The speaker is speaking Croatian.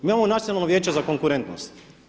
Mi imamo Nacionalno vijeće za konkurentnost.